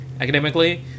academically